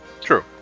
True